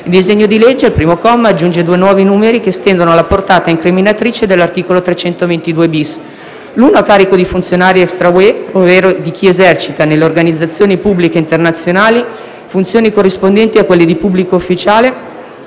Il disegno di legge, al primo comma, aggiunge due nuovi numeri che estendono la portata incriminatrice dell'articolo 322-*bis*: l'uno a carico di funzionari extra UE ovvero di chi esercita, nelle organizzazioni pubbliche internazionali, funzioni corrispondenti a quelle di pubblico ufficiale